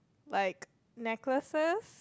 like necklaces